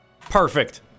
Perfect